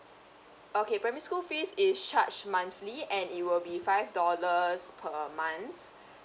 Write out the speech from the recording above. okay primary school fees is charged monthly and it will be five dollars per month